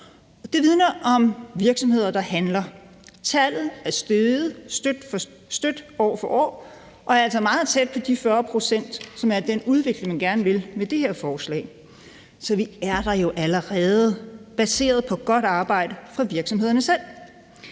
Det vidner om virksomheder, der handler. Tallet er steget støt år for år og er altså meget tæt på de 40 pct., som er den udvikling, man gerne vil have i det her forslag. Så vi er der jo allerede baseret på godt arbejde fra virksomhederne selv.